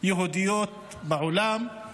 יהודיות בעולם.